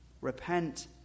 Repent